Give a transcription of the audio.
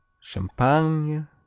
Champagne